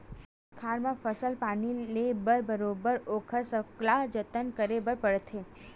खेत खार म फसल पानी ले बर बरोबर ओखर सकला जतन करे बर परथे